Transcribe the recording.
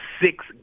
six